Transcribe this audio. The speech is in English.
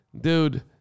dude